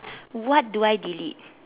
what do I delete